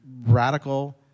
radical